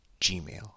Gmail